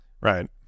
Right